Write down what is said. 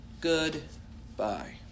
goodbye